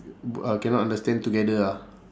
b~ cannot understand together ah